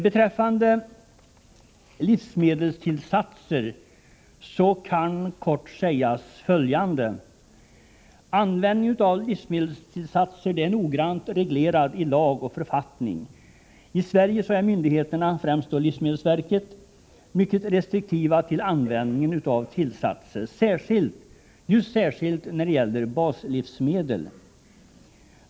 Beträffande livsmedelstillsatser kan kort sägas följande. Användningen av livsmedelstillsatser är noggrant reglerad i lag och författning. I Sverige är myndigheterna, främst livsmedelsverket, mycket restriktiva när det gäller användningen av tillsatser, särskilt för baslivsmedel.